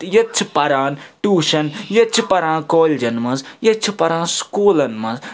ییٚتہِ چھِ پران ٹوٗشَن ییٚتہِ چھِ پران کالجَن منٛز ییٚتہِ چھِ پران سُکوٗلَن منٛز